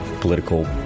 political